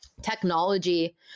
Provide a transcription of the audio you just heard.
technology